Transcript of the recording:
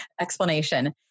explanation